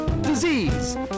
disease